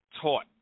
taught